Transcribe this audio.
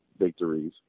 victories